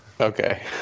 Okay